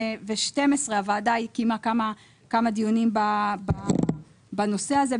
הוועדה קיימה כמה דיונים בנושא הזה.